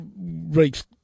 reached